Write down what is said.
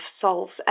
solves